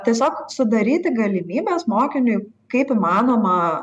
tiesiog sudaryti galimybes mokiniui kaip įmanoma